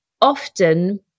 often